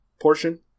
portion